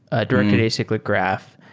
a directed acyclic graph.